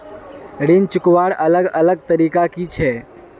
ऋण चुकवार अलग अलग तरीका कि छे?